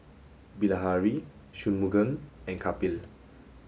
Bilahari Shunmugam and Kapil